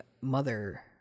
mother